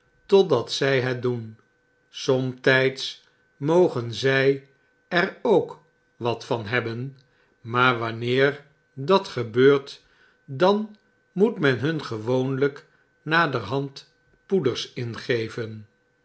totdat zjj het doen somtgds mogen zj er ook wat van hebben maar wanneer dat gebeurt dan moet men hun gewoonlijk naderhand poeders ingeven